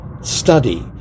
study